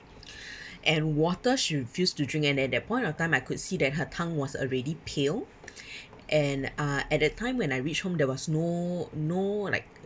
and water she refused to drink and at that point of time I could see that her tongue was already pale and uh at that time when I reach home there was no no like